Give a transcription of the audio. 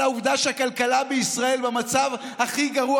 על העובדה שהכלכלה בישראל במצב הכי גרוע